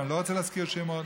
ואני לא רוצה להזכיר שמות.